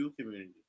community